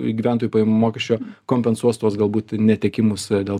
gyventojų pajamų mokesčio kompensuos tuos galbūt netekimus dėl